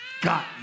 got